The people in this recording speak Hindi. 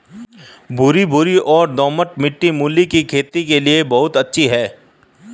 भुरभुरी और दोमट मिट्टी मूली की खेती के लिए बहुत अच्छी है